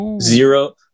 zero